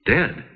Dead